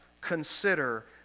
consider